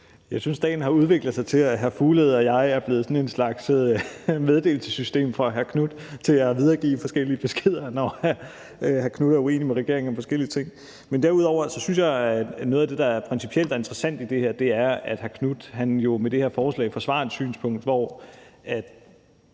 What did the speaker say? Jeg synes, at dagen har udviklet sig til, at hr. Mads Fuglede og jeg er blevet sådan en slags meddelelsessystem for hr. Marcus Knuth til at videregive forskellige beskeder, når hr. Marcus Knuth er uenig med regeringen om forskellige ting. Men derudover synes jeg, at noget af det, der er principielt og interessant i det her, er, at hr. Marcus Knuth jo med det her forslag forsvarer et synspunkt, hvor